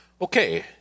Okay